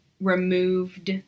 removed